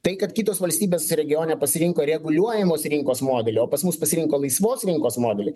tai kad kitos valstybės regione pasirinko reguliuojamos rinkos modelį o pas mus pasirinko laisvos rinkos modelį